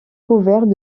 couvert